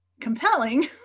compelling